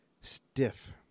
stiff